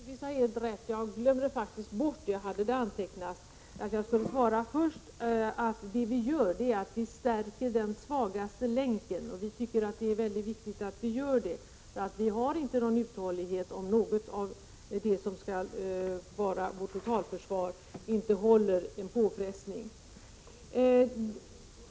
Fru talman! Oswald Söderqvist har helt rätt i att jag inte svarade honom i mitt förra inlägg — jag hade det antecknat, men glömde bort det. Som svar vill jag först säga att det vi gör är att stärka den svagaste länken. Vi tycker detta är viktigt. Vi får nämligen inte någon uthållighet om någon av delarna i vårt totalförsvar inte håller för en påfrestning.